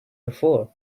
before